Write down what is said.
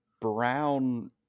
brown